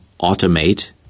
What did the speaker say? automate